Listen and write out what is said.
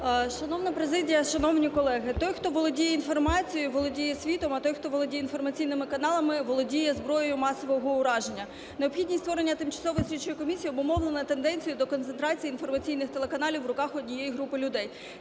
Шановна президія, шановні колеги! Той, хто володіє інформацією – володіє світом, а той, хто володіє інформаційними каналами – володіє зброєю масового ураження. Необхідність створення Тимчасової слідчої комісії обумовлена тенденцією до концентрації інформаційних телеканалів в руках однієї групи людей.